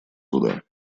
суда